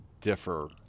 differ